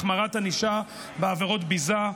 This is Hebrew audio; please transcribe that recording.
החמרת הענישה בעבירות ביזה),